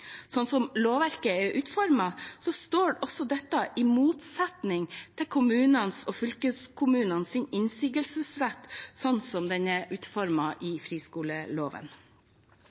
Sånn som lovverket er utformet, står også dette i motsetning til kommunenes og fylkeskommunenes innsigelsesrett, sånn som den er utformet i friskoleloven.